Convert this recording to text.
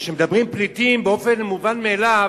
כשמדברים על פליטים, באופן מובן מאליו